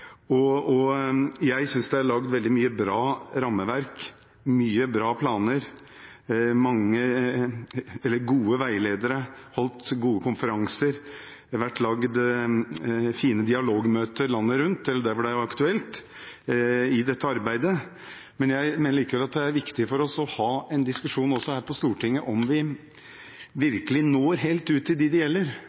Jeg synes det er laget veldig mye bra rammeverk, mange bra planer, gode veiledere, det har vært holdt gode konferanser og det har vært laget fine dialogmøter landet rundt der hvor det er aktuelt, i dette arbeidet. Jeg mener likevel det er viktig for oss å ha en diskusjon også her på Stortinget, om vi virkelig når helt ut til dem det gjelder,